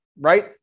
right